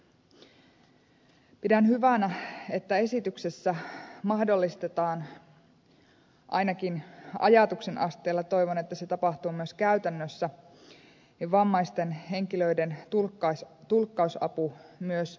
pidän hyvänä että esityksessä mahdollistetaan ainakin ajatuksen asteella toivon että se tapahtuu myös käytännössä vammaisten henkilöiden tulkkausapu myös virkistykseen